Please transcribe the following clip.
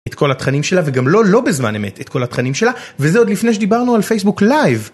את כל התכנים שלה וגם לא לא בזמן אמת את כל התכנים שלה וזה עוד לפני שדיברנו על פייסבוק live.